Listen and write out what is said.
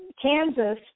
Kansas